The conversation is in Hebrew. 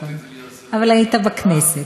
אבל היית בכנסת.